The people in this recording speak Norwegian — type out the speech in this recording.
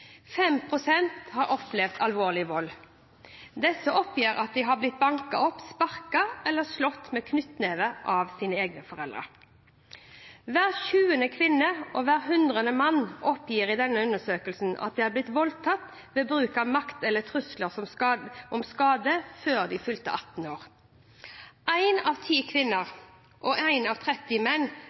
har opplevd alvorlig vold. Disse oppgir at de har blitt banket opp, sparket og eller slått med knyttet neve av sine egne foreldre. Hver tjuende kvinne og hver hundrede mann oppgir i denne undersøkelsen at de har blitt voldtatt ved bruk av makt eller trusler om skade, før de fylte 18 år. Én av ti kvinner og én av tretti menn